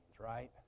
right